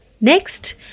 Next